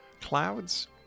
clouds